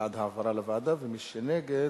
בעד העברה לוועדה, מי שנגד,